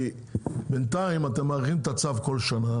כי בינתיים אתה מארגן אתם מאריכים את הצו כל שנה,